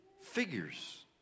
figures